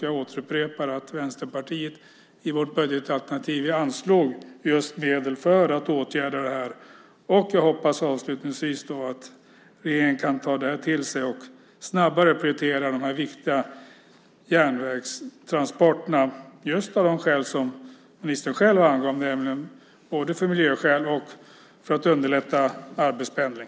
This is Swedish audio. Jag återupprepar att vi i Vänsterpartiet i vårt budgetalternativ anslog medel just för dessa åtgärder. Jag hoppas avslutningsvis att regeringen kan ta detta till sig och snabbare prioritera de viktiga järnvägstransporterna just av de skäl som ministern själv angav, nämligen både miljöskäl och för att underlätta arbetspendling.